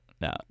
No